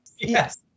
Yes